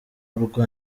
urwo